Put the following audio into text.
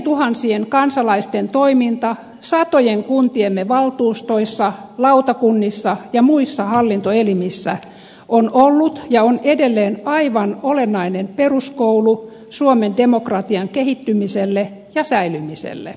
kymmenientuhansien kansalaisten toiminta satojen kuntiemme valtuustoissa lautakunnissa ja muissa hallintoelimissä on ollut ja on edelleen aivan olennainen peruskoulu suomen demokratian kehittymiselle ja säilymiselle